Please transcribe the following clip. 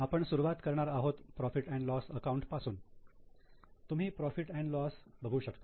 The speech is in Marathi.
आपण सुरुवात करणार आहोत profit and loss account profit loss पासून तुम्ही profit and loss profit loss बघु शकता